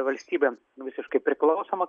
valstybę visiškai priklausomą